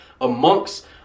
amongst